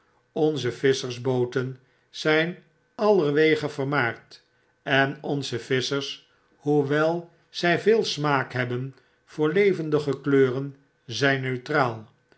onze visschersbooten zijn allerwege vermaard en onze visschers hoewel zy veel smaak hebben voor levendige kleuren zyn neutraal